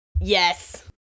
Yes